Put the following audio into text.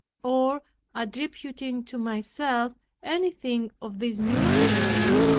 or attributing to myself anything of this new state.